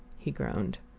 he groaned.